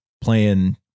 playing